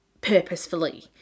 purposefully